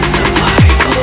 Survival